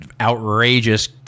outrageous